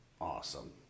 awesome